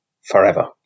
forever